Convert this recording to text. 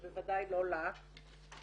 ובוודאי לא לך,